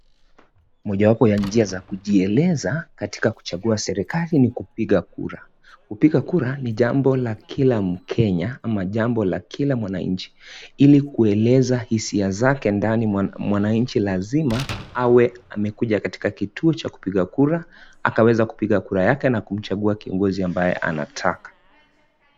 Mojawapo ya njia za kujieleza katika kuchagua serikali ni kupiga kura, kupiga kura ni jambo la kila mkenya ama jambo la kila mwananchi ili kueleza hisia zake ndani mwananchi lazima awe amekuja katika kituo cha kupiga kura akaweza kupiga kura yake na kumchagua kiongozi ambaye anataka.